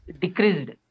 decreased